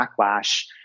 backlash